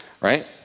Right